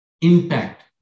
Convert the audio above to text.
impact